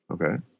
Okay